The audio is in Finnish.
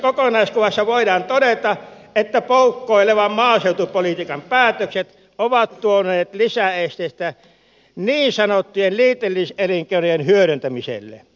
isossa kokonaiskuvassa voidaan todeta että poukkoilevan maaseutupolitiikan päätökset ovat tuoneet lisäesteitä niin sanottujen liitännäiselinkeinojen hyödyntämiselle